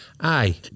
aye